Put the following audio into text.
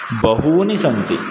बहूनि सन्ति